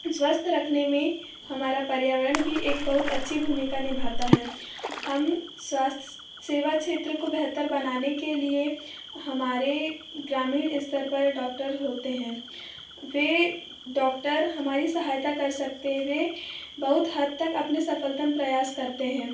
स्वस्थ रखने में हमारा पर्यावरण भी एक बहुत अच्छी भूमिका निभाता है हम स्वास्थ्य सेवा क्षेत्र को बेहतर बनाने के लिए हमारे ग्रामीण स्तर पर डॉक्टर होते हैं वे डॉक्टर हमारी सहायता कर सकते है वे बहुत हद तक अपने सफलतम प्रयास करते हैं